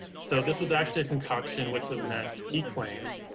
so this was actually a concoction which was meant, he claimed,